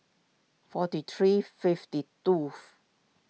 forty three fifty tooth